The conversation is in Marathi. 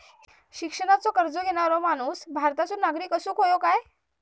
शिक्षणाचो कर्ज घेणारो माणूस भारताचो नागरिक असूक हवो काय?